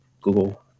Google